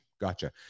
gotcha